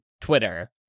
Twitter